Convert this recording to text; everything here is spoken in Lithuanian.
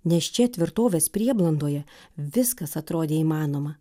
nes čia tvirtovės prieblandoje viskas atrodė įmanoma